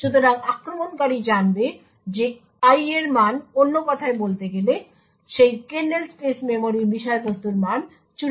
সুতরাং আক্রমণকারী জানবে যে i এর মান অন্য কথায় বলতে গেলে সেই কার্নেল স্পেস মেমরির বিষয়বস্তুর মান 84